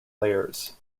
layers